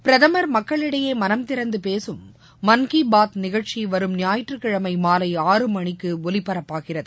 பிரதம் மக்களிடையேமனம் திறந்துபேசும் மன் கிபாத் நிகழ்ச்சிவரும் ஞாயிற்றுக்கிழமைமாலை ஆறு மணிக்குஒலிபரப்பாகிறது